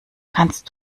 kannst